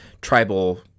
tribal